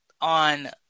on